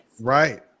Right